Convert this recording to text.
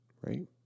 Right